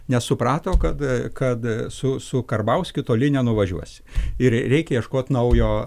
nes suprato kad kad su su karbauskiu toli nenuvažiuosi ir reikia ieškot naujo